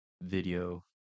video